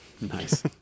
Nice